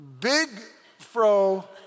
big-fro